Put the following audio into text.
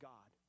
God